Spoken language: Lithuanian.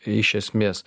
iš esmės